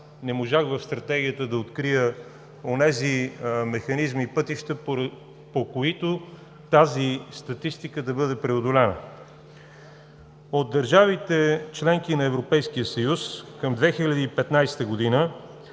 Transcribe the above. не можах да открия онези механизми и пътища, по които тази статистика да бъде преодоляна. От държавите – членки на Европейския съюз, към 2015 г.